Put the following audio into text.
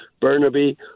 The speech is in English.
Burnaby